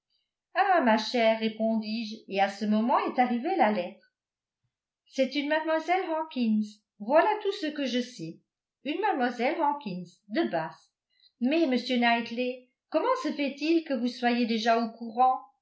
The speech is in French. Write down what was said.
ah ma chère répondis-je et à ce moment est arrivée la lettre c'est une mlle hawkins voilà tout ce que je sais une mlle hawkins de bath mais m knightley comment se fait-il que vous soyez déjà au courant